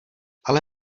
ale